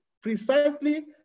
precisely